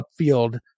upfield